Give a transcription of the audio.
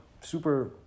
super